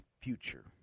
future